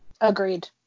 Agreed